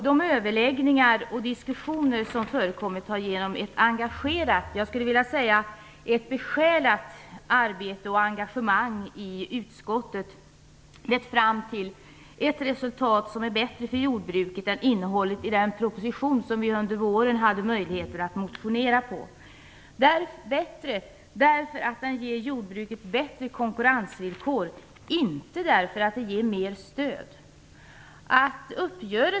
De överläggningar och diskussioner som förekommit har genom ett besjälat arbete och engagemang i utskottet lett fram till ett resultat som är bättre för jordbruket än innehållet i den proposition som vi under våren hade möjlighet att motionera om. Resultatet är bättre därför att det ger jordbruket bättre konkurrensvillkor - inte därför att det ger mer stöd.